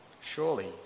surely